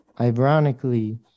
ironically